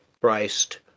Christ